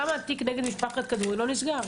למה התיק נגד משפחת כדורי לא נסגר?